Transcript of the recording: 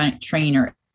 trainer